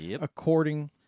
according